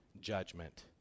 judgment